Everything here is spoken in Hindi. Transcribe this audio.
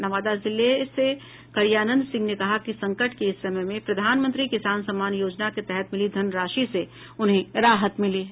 नवादा जिले से करियानंद सिंह ने कहा कि संकट के इस समय में प्रधानमंत्री किसान सम्मान योजना के तहत मिली धन राशि से उन्हें राहत मिली है